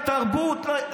לתרבות,